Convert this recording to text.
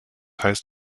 heißt